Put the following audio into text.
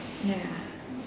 ya